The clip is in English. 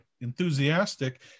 enthusiastic